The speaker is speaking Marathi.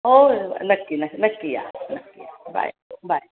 हो नक्की न नक्की या नक्की या बाय बाय